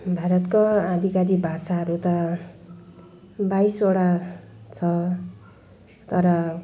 भारतको आधिकारिक भाषाहरू त बाइसवटा छ तर